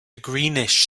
greenish